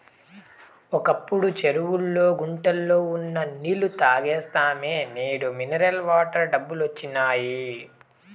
ఒకప్పుడు చెరువుల్లో గుంటల్లో ఉన్న నీళ్ళు తాగేస్తిమి నేడు మినరల్ వాటర్ డబ్బాలొచ్చినియ్